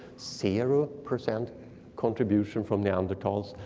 zero percent contribution from neanderthals.